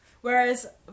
Whereas